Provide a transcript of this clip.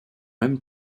même